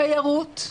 התיירות,